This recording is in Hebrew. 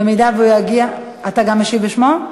במידה שהוא יגיע, אתה גם משיב בשמו?